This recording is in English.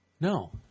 No